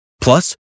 Plus